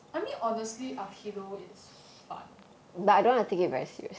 I mean honestly aikido is fun